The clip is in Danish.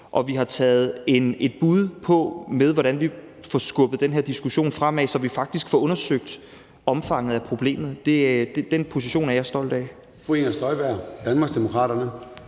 og vi har taget et bud med på, hvordan vi får skubbet den her diskussion fremad, så vi faktisk får undersøgt omfanget af problemet. Den position er jeg stolt af. Kl. 15:31 Formanden (Søren